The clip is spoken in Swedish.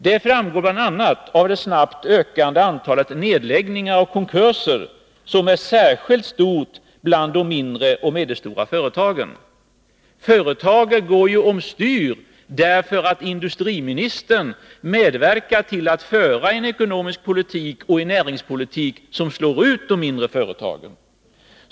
Det framgår bl.a. av det snabbt ökande antalet nedläggningar och konkurser, som är särskilt stort bland de mindre och medelstora företagen. Företagen går ju över styr, därför att industrimi 139 nistern medverkar till att föra en ekonomisk politik och en näringspolitik som slår ut de mindre företagen.